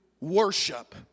worship